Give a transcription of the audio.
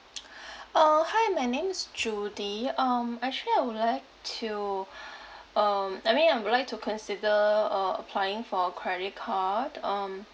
uh hi my name is judy um actually I would like to um I mean I would like to consider uh applying for a credit card um